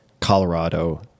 colorado